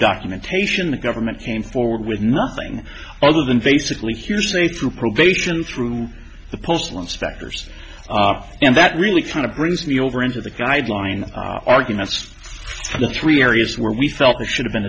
documentation the government came forward with nothing other than basically hearsay through probation through the postal inspectors and that really kind of brings me over into the guidelines arguments for the three areas where we felt we should have been